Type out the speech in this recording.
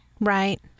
Right